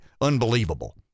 unbelievable